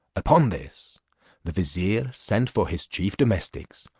upon this the vizier sent for his chief domestics,